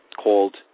called